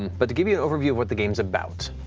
but to give you an overview of what the game's about,